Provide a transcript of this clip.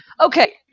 Okay